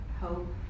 hope